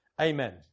Amen